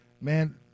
man